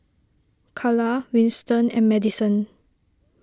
Kala Winston and Madison